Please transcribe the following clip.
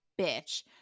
bitch